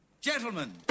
Gentlemen